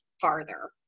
farther